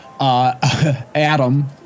Adam